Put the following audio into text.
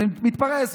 זה מתפרס.